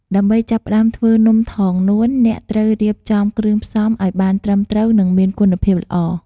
ដើម្បីចាប់ផ្ដើមធ្វើនំថងនួន អ្នកត្រូវរៀបចំគ្រឿងផ្សំឲ្យបានត្រឹមត្រូវនិងមានគុណភាពល្អ។